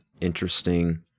Interesting